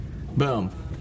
boom